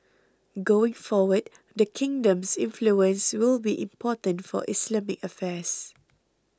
going forward the kingdom's influence will be important for Islamic affairs